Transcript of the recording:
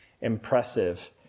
impressive